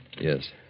Yes